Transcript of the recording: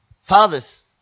Fathers